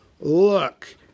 Look